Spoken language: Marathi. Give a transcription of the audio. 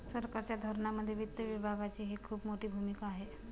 सरकारच्या धोरणांमध्ये वित्त विभागाचीही खूप मोठी भूमिका आहे